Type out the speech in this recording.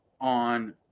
on